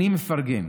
אני מפרגן.